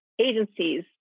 agencies